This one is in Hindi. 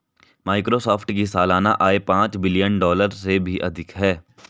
माइक्रोसॉफ्ट की सालाना आय पांच बिलियन डॉलर से भी अधिक है